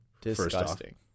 Disgusting